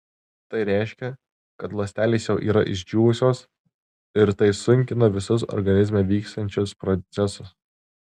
tai reiškia kad ląstelės jau yra išdžiūvusios ir tai sunkina visus organizme vyksiančius procesus